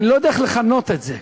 אני לא יודע איך לכנות את זה.